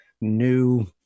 new